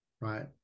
right